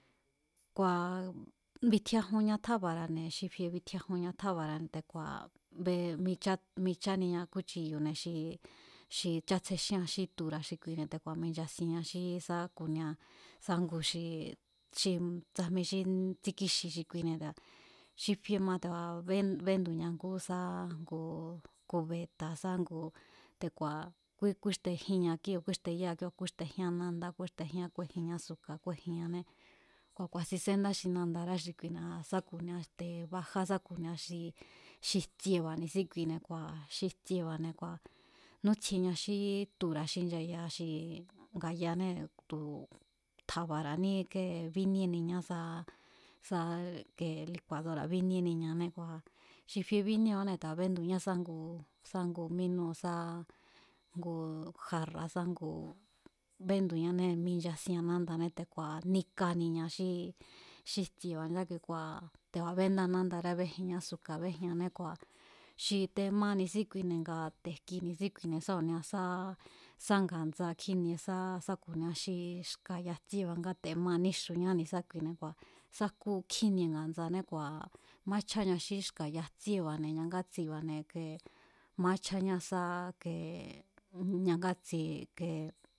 Kua̱ bitjiajunña tjábara̱ne̱ xi fie bitjiajunña tjába̱ra̱ne̱ te̱ku̱a̱ be michát michániña kúchiyu̱ne̱ xi xi chátsjexínña xí tura̱ xi kuine̱ te̱ku̱a̱ minchasiean xí sa ku̱nia sá ngu xi xi tsajmi xí tsíkíxi xi kuine̱ te̱ku̱a̱ xi fie ma te̱ku̱a̱ bén béndu̱ña ngú sá ku̱ kubeta̱ sá ngu te̱ku̱a̱ kúíxtejínña kíóo̱ kúíxteyáña kíóo̱ kúíxtejían nándá kúíxtejíán kúíxtejían ázuka̱ kúíxtejíanné, kua̱ ku̱a̱sin sénda xi nadará xi kuine̱ aa̱n sá ku̱nia te̱ bajá sá ku̱nia xi xi jtsieba̱ ni̱síkui kua̱ xi jtsieba̱ne̱ kua̱ nútsjieña xí tura̱ xi nchaya xi nga̱yaanée̱ tu̱ tja̱ba̱ra̱ní bíníéniñá sá sá ike likuadora̱ bíníéniñané kua̱ xi fie bíníéanée̱ te̱ku̱a̱ béndu̱ñá sá ngu, sá ngu mínúu̱ sá ngu jarrá sá ngu béndu̱ñanée̱ minchasiean nándané te̱ku̱a̱ níkaniña xí xi jtsieba̱ ni̱sákui kua̱ te̱ku̱a̱ béndáa nándará béjian ázuká béjinñané kua̱ xi te̱ ma ni̱síkuine̱ ngaa̱ te̱ jki ni̱síkuine̱ sá ku̱nia sá sá nga̱ndsaa kjínie sá sá ku̱nia xi xka̱ ya jtsíéba̱ nga te̱ma níxuñá ni̱sá kuine̱ kua̱ sá jku kjínie nga̱ndsaané kua̱ maáchjáña xí xka̱ yajtsíéba̱ne̱ ñangátsiba̱ne̱ kee maáchjáñá sá sá kee tsi̱e̱ kee.